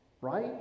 right